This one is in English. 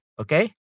okay